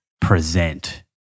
present